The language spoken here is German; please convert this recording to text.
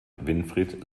winfried